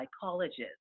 psychologist